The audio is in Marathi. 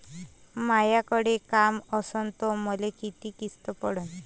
मायाकडे काम असन तर मले किती किस्त पडन?